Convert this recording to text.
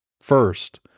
First